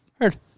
Heard